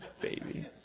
baby